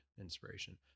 inspiration